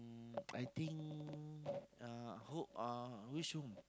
mm I think uh who uh which room